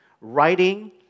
writing